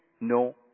no